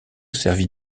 servit